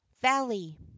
valley